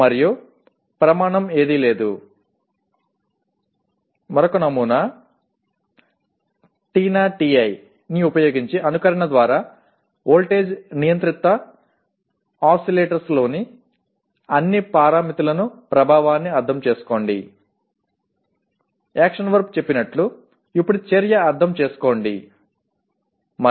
మరియు ప్రమాణం ఏదీ లేదు మరొక నమూనా TINA TI ని ఉపయోగించి అనుకరణ ద్వారా వోల్టేజ్ నియంత్రిత ఓసిలేటర్లలోని అన్ని పారామితుల ప్రభావాన్ని అర్థం చేసుకోండి యాక్షన్ వర్బ్ చెప్పినట్లు ఇప్పుడు చర్య అర్థం చేసుకోండిఅండర్స్టాండ్